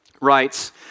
writes